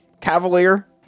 Cavalier